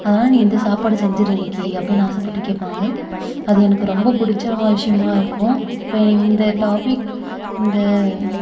அதனால நீ இந்த சாப்பாடு செஞ்சிடு இன்னைக்கு அப்படினு ஆசைப்பட்டு கேட்பாங்க அது எனக்கு ரொம்ப புடிச்சமான விஷயமாக இருக்கும் இப்போ இந்த டாப்பிக் இந்த